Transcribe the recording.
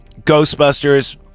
Ghostbusters